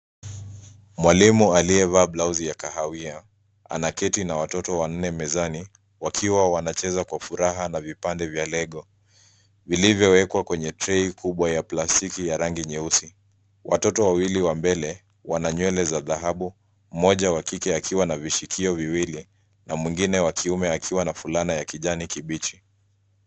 Mwalimu aliyevaa blausi ya kahawia anaketi na watoto wanne mezani wakiwa wanacheza kwa furaha na vipande vya lego vilivyowekwa kwenye trei kubwa ya plastiki ya rangi nyeusi. Watoto wawili wa mbele wana nywele za dhahabu, mmoja wa kike akiwa na vishikio viwili na mwingine wa kiume akiwa na fulana ya kijani kibichi.